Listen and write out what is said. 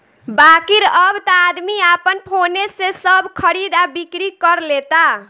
बाकिर अब त आदमी आपन फोने से सब खरीद आ बिक्री कर लेता